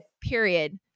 period